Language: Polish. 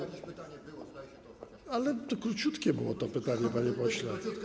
Ale to króciutkie było to pytanie, panie pośle.